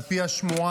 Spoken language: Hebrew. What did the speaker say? על פי השמועה,